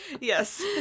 Yes